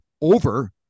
over